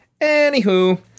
Anywho